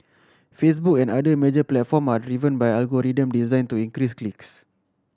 Facebook and other major platforms are driven by algorithms designed to increase clicks